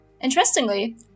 Interestingly